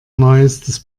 neuestes